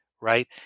right